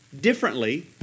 differently